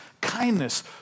kindness